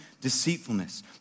deceitfulness